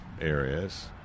areas